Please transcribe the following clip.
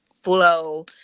flow